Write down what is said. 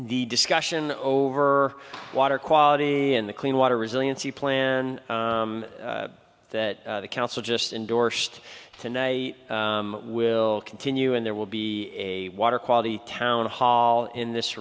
the discussion over water quality in the clean water resiliency plan that the council just endorsed tonight i will continue and there will be a water quality town hall in this